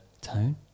tone